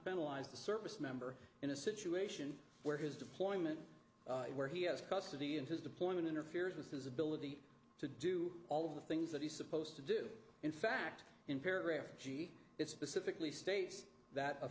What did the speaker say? penalize the service member in a situation where his deployment where he has custody and his deployment interferes with his ability to do all of the things that he's supposed to do in fact in paragraph g it specifically states that a